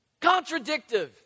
contradictive